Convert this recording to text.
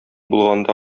булганда